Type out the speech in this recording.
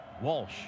Walsh